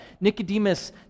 Nicodemus